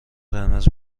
قرمز